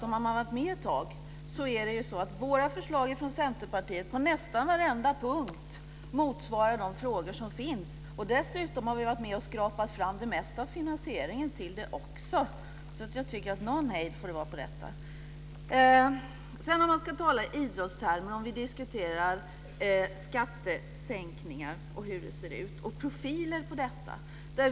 Om man har varit med ett tag vet man att Centerpartiets förslag på nästan varenda punkt motsvarar de frågor som tas upp. Dessutom har vi varit med och skrapat fram det mesta av finansieringen. Någon hejd får det vara. Vi diskuterar skattesänkningars profil.